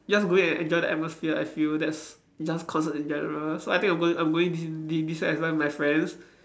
just go in and enjoy the atmosphere I feel that's just concert in general so I think I'm going I'm going this this year as well with my friends